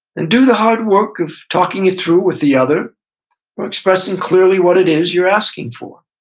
and do the hard work of talking you through with the other or expressing clearly what it is you're asking for.